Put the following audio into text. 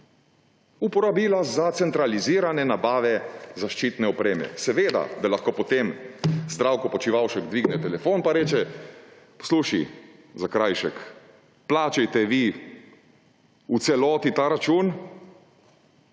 uporabila za centralizirane nabave zaščitne opreme. Seveda, da lahko potem Zdravko Počivalšek dvigne telefon pa reče: »Poslušaj, Zakrajšek, plačajte vi v celoti ta račun,